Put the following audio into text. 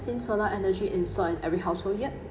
seen solar energy install in every household yet